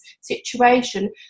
situation